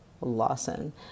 Lawson